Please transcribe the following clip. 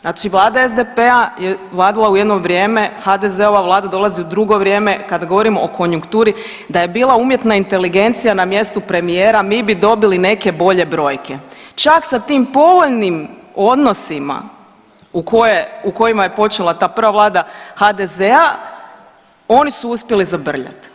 znači vlada SDP-a je vladala u jedno vrijeme, HDZ-ova vlada dolazi u drugo vrijeme kada govorimo o konjunkturi da je bila umjetna inteligencija na mjestu premijera mi bi dobili neke bolje brojke, čak sa tim povoljnim odnosima u kojima je počela ta prva vlada HDZ-a oni su uspjeli zabrljat.